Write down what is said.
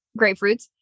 grapefruits